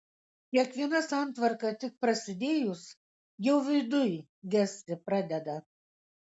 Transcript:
kiekviena santvarka tik prasidėjus jau viduj gesti pradeda